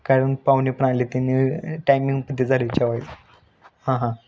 कारण पाहुणे पण आले तीन टायमिंग ते झालीच्या हां हां